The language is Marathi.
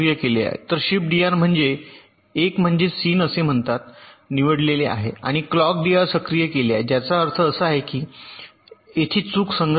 तर शिफ्ट डीआर म्हणजे 1 म्हणजे सिन असे म्हणतात निवडलेले आहे आणि क्लॉक डीआर सक्रिय केले आहे ज्याचा अर्थ असा आहे की येथे चूक संग्रहित आहे